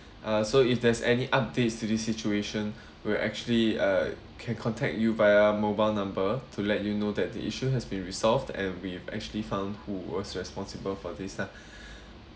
uh so if there's any updates to the situation we'll actually uh can contact you via mobile number to let you know that the issue has been resolved and we actually found who was responsible for this lah